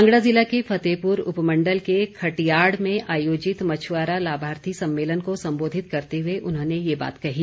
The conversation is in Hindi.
कांगड़ा ज़िला के फतेहपुर उपमण्डल के खटियाड़ में आयोजित मछुआरा लाभार्थी सम्मेलन को संबोधित करते हुए उन्होंने ये बात कही